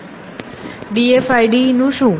d f i d નું શું